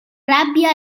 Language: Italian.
rabbia